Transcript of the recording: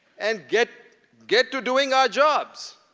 and get get to doing our jobs!